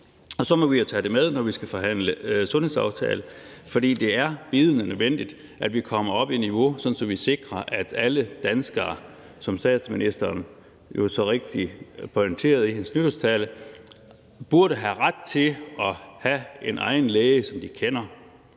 og så må vi jo tage det med, når vi skal forhandle sundhedsaftale, for det er bydende nødvendigt, at vi kommer op i niveau, så vi sikrer, at alle danskere, som statsministeren jo så rigtigt pointerede i sin nytårstale, får ret til at have en egen læge, som man kender.